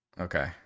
Okay